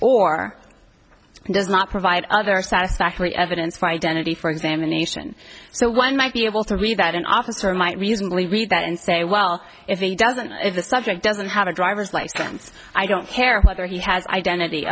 it does not provide other satisfactory evidence for identity for examination so one might be able to read that an officer might reasonably read that and say well if he doesn't if the subject doesn't have a driver's license i don't care whether he has identity